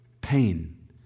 Pain